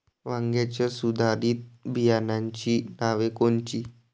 वांग्याच्या सुधारित बियाणांची नावे कोनची?